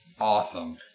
Awesome